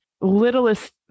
littlest